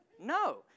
No